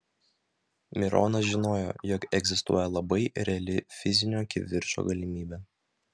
mironas žinojo jog egzistuoja labai reali fizinio kivirčo galimybė